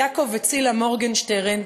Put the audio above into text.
יעקב וצילה מורגנשטרן,